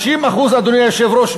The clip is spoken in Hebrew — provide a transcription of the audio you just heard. אדוני היושב-ראש,